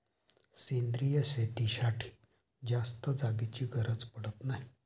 सेंद्रिय शेतीसाठी जास्त जागेची गरज पडत नाही